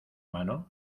mano